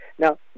Now